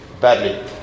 badly